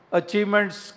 achievements